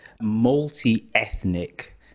multi-ethnic